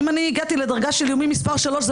אם אני הגעתי לדרגה של איומים מספר 3 זה